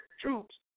troops